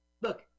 Look